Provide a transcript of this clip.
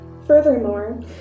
Furthermore